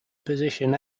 position